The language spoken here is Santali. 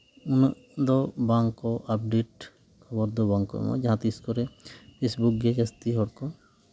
ᱩᱱᱟᱹᱜ ᱫᱚ ᱵᱟᱝ ᱠᱚ ᱟᱯᱰᱮᱴ ᱠᱷᱚᱵᱚᱨ ᱫᱚ ᱵᱟᱝ ᱠᱚ ᱮᱢᱚᱜᱼᱟ ᱡᱟᱦᱟᱸ ᱛᱤᱸᱥ ᱠᱚᱨᱮᱫ ᱯᱷᱮᱥᱵᱩᱠ ᱜᱮ ᱡᱟᱹᱥᱛᱤ ᱦᱚᱲ ᱠᱚ